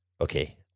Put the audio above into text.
Okay